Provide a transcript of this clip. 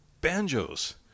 banjos